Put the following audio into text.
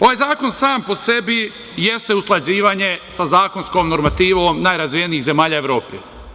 Ovaj zakon sam po sebi jeste usklađivanje sa zakonskom normativom najrazvijenijih zemalja Evrope.